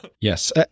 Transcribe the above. Yes